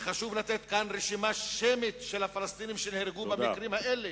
וחשוב לתת כאן רשימה שמית של הפלסטינים שנהרגו במקרים האלה.